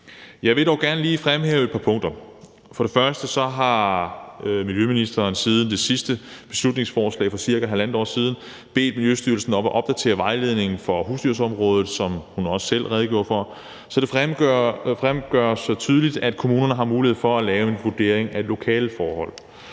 Jeg vil dog gerne lige fremhæve et par punkter. For det første har miljøministeren siden det sidste beslutningsforslag for cirka halvandet år siden bedt Miljøstyrelsen om at opdatere vejledningen for husdyrområdet, som hun også selv redegjorde for, så det fremgår tydeligt, at kommunerne har mulighed for at lave en vurdering af lokale forhold